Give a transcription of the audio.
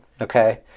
Okay